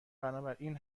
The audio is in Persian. بنابراین